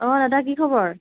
অঁ দাদা কি খবৰ